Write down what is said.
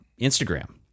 Instagram